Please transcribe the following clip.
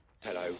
Hello